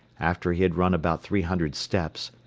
after he had run about three hundred steps,